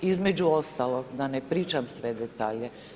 Između ostalog, da ne pričam sve detalje.